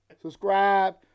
Subscribe